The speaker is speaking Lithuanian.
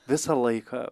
visą laiką